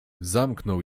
zamknął